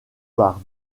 par